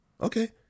Okay